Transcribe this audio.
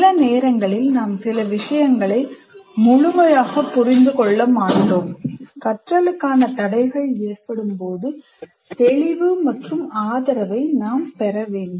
சில நேரங்களில் நாம் சில விஷயங்களை முழுமையாக புரிந்து கொள்ள மாட்டோம் கற்றலுக்கான தடைகள் ஏற்படும் போது தெளிவு மற்றும் ஆதரவை நாம் பெற வேண்டும்